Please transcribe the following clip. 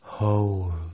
Hold